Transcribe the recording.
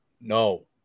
No